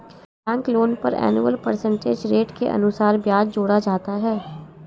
bank loan पर annual percentage rate के अनुसार ब्याज जोड़ा जाता है